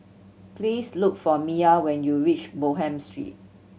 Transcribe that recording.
please look for Miah when you reach Bonham Street